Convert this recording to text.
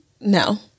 No